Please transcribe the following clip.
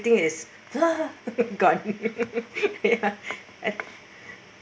everything is gone